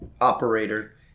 operator